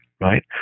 right